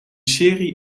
serie